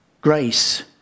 Grace